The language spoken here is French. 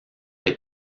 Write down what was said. est